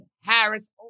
Harris